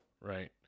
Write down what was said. right